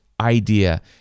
idea